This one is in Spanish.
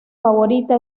favorita